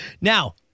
Now